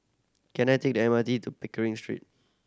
can I take the M R T to Pickering Street